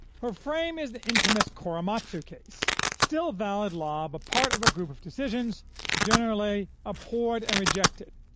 her frame is the infamous korematsu case, still valid law but part of a group of decisions generally abhorred and rejected,